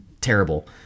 terrible